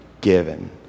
given